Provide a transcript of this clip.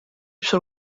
sul